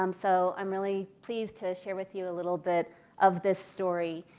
um so i'm really pleased to share with you a little bit of this story.